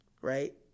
right